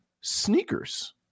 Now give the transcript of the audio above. Sneakers